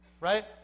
right